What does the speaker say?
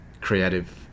creative